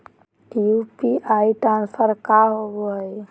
UPI transfer का होव हई?